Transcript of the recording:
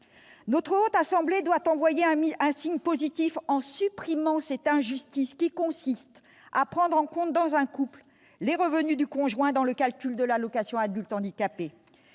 La Haute Assemblée doit envoyer un signe positif en supprimant l'injustice qui consiste à prendre en compte dans un couple les revenus du conjoint dans le calcul de l'allocation aux adultes handicapés.